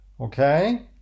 Okay